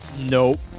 Nope